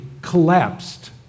collapsed